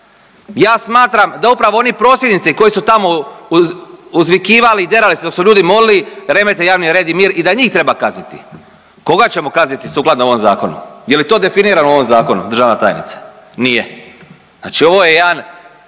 Ja smatram da upravo oni prosvjednici koji su tamo uzvikivali i derali se dok su ljudi molili remete javni red i mir i da njih treba kazniti. Koga ćemo kazniti sukladno ovom zakonu? Je li to definirano u ovom zakonu državna tajnice? Nije. Znači ovo je jedan